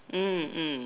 mm mm